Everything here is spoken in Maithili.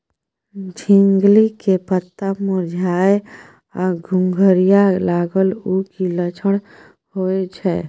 झिंगली के पत्ता मुरझाय आ घुघरीया लागल उ कि लक्षण होय छै?